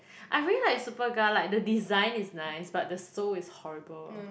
I really like Superga like the design is nice but the sole is horrible